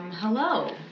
Hello